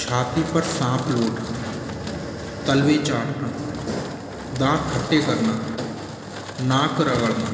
छाती पर साँप लोटना तलवे चाटना दाँत खट्टे करना नाक रगड़ना